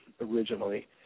originally